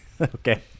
Okay